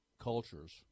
cultures